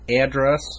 address